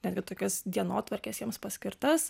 netgi tokios dienotvarkes jiems paskirtas